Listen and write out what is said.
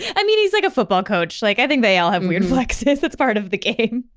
i mean, he's like a football coach. like i think they all have weird flexes, that's part of the game.